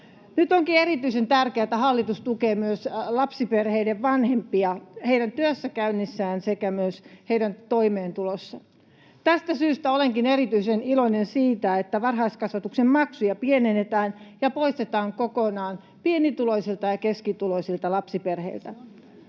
Nyt onkin erityisen tärkeää, että hallitus tukee myös lapsiperheiden vanhempia heidän työssäkäynnissään sekä myös toimeentulossaan. Tästä syystä olenkin erityisen iloinen siitä, että varhaiskasvatuksen maksuja pienennetään ja poistetaan kokonaan pienituloisilta ja keskituloisilta lapsiperheiltä.